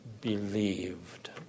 believed